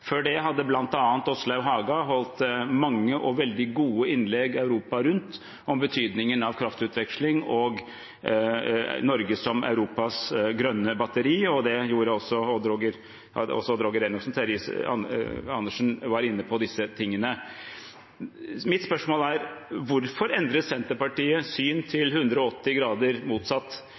Før det hadde bl.a. Åslaug Haga holdt mange og veldig gode innlegg Europa rundt om betydningen av kraftutveksling og Norge som Europas grønne batteri. Det gjorde også Odd Roger Enoksen. Terje Riis-Johansen var også inne på dette. Mitt spørsmål er: Hvorfor endrer Senterpartiet syn 180 grader